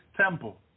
temple